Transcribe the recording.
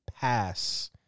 pass